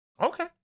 Okay